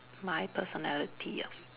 my personality ah